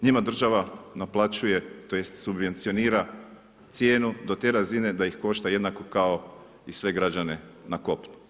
Njima država naplaćuje tj. subvencionira cijenu do te razine da ih košta jednako kao i sve građane na kopnu.